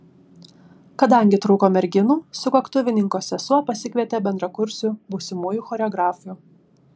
kadangi trūko merginų sukaktuvininko sesuo pasikvietė bendrakursių būsimųjų choreografių